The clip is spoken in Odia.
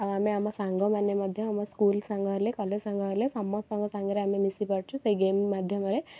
ଆଉ ଆମେ ସାଙ୍ଗମାନେ ମଧ୍ୟ ଆମ ସ୍କୁଲ ସାଙ୍ଗ ହେଲେ କଲେଜ ସାଙ୍ଗ ହେଲେ ସମସ୍ତଙ୍କ ସାଙ୍ଗରେ ଆମେ ମିଶିପାରୁଛୁ ସେଇ ଗେମ୍ ମାଧ୍ୟମରେ